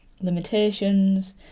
limitations